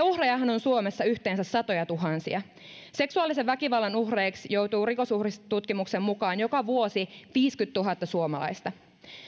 uhrejahan on suomessa yhteensä satojatuhansia seksuaalisen väkivallan uhreiksi joutuu rikosuhritutkimuksen mukaan joka vuosi viisikymmentätuhatta suomalaista